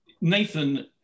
Nathan